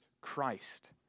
Christ